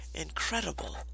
incredible